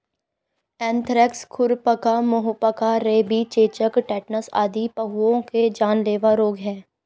anthrax, खुरपका, मुहपका, rabies, चेचक, टेटनस आदि पहुओं के जानलेवा रोग हैं